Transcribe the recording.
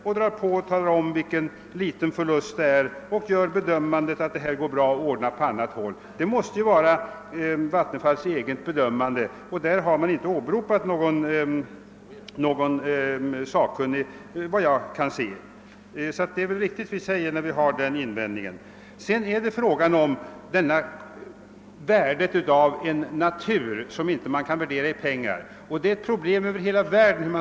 Man framhåller vidare hur liten förlust det gäller och gör den bedömningen att verksamheten kan förläggas till annat håll. Denna bedömning måste vara Vattenfalls egen, och därvidlag har man såvitt jag kan se icke åberopat någon sakkunnig. Problemet att naturens värde inte kan uppskattas i pengar är något som man brottas med över hela världen.